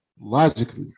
Logically